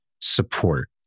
support